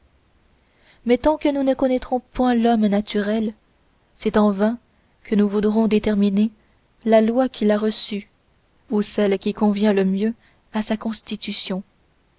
tant que nous ne connaîtrons point l'homme naturel c'est en vain que nous voudrons déterminer la loi qu'il a reçue ou celle qui convient le mieux à sa constitution